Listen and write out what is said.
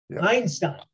Einstein